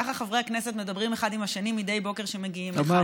ככה חברי הכנסת מדברים אחד עם השני מדי בוקר כשהם מגיעים לכאן.